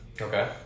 okay